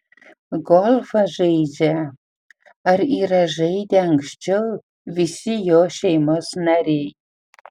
golfą žaidžią ar yra žaidę anksčiau visi jo šeimos nariai